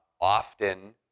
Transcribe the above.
often